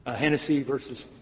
ah hennessy v.